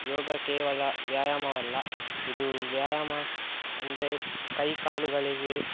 ಯೋಗ ಕೇವಲ ವ್ಯಾಯಾಮವಲ್ಲ ಇದು ವ್ಯಾಯಾಮ ಅಂದರೆ ಕೈ ಕಾಲುಗಳಿಗೆ